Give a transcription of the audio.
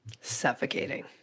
suffocating